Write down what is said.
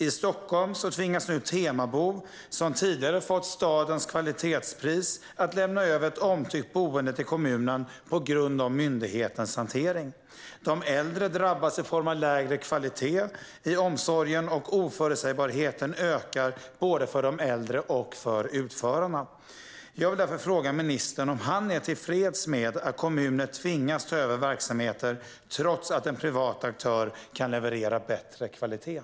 I Stockholm tvingas nu Temabo, som tidigare har fått stadens kvalitetspris, att lämna över ett omtyckt boende till kommunen på grund av myndighetens hantering. De äldre drabbas i form av lägre kvalitet i omsorgen, och oförutsägbarheten ökar både för de äldre och för utförarna. Jag vill därför fråga ministern om han är tillfreds med att kommuner tvingas ta över verksamheter, trots att en privat aktör kan leverera bättre kvalitet.